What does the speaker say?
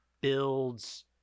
builds